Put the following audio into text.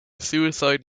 suicide